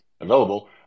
available